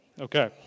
Okay